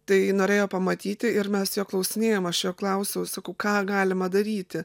tai norėjo pamatyti ir mes jo klausinėjom aų jo klausiau sakau ką galima daryti